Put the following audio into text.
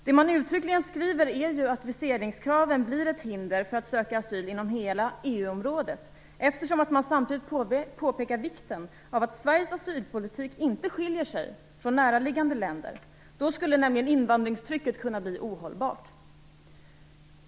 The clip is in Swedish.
Det man uttryckligen skriver är att viseringskraven blir ett hinder för att söka asyl inom hela EU-området, eftersom man samtidigt påpekar vikten av att Sveriges asylpolitik inte skiljer sig från näraliggande länders - då skulle nämligen invandringstrycket kunna bli ohållbart.